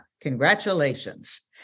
Congratulations